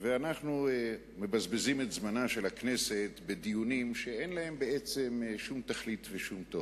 ואנחנו מבזבזים את זמנה של הכנסת בדיונים שאין להם שום תכלית ושום תוכן.